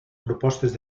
propostes